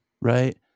right